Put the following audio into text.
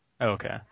Okay